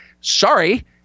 Sorry